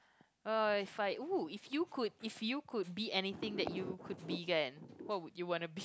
oh it's like !wow! if you could if you could be anything that you could be anything that you could be kan what would you want